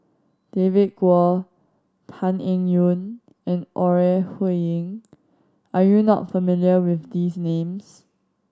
David Kwo Tan Eng Yoon and Ore Huiying are you not familiar with these names